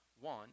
one